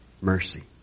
mercy